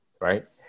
right